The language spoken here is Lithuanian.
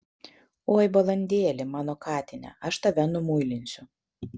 oi balandėli mano katine aš tave numuilinsiu